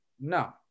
no